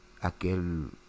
aquel